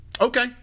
Okay